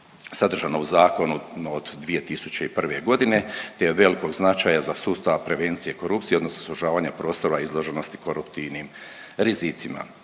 sadržano u zakonu od 2001. g. te je od velikog značaja za sustav prevencije korupcije, odnosno sužavanja prostora izloženosti koruptivnim rizicima.